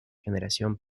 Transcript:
generación